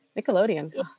Nickelodeon